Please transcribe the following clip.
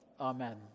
Amen